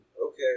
Okay